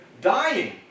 dying